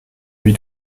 lui